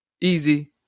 Easy